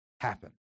happen